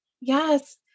Yes